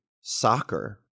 soccer